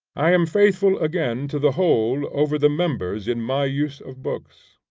i am faithful again to the whole over the members in my use of books.